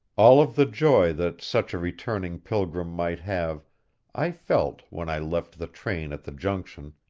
all of the joy that such a returning pilgrim might have i felt when i left the train at the junction,